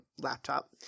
laptop